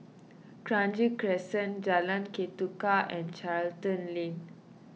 Kranji Crescent Jalan Ketuka and Charlton Lane